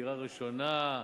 דירה ראשונה,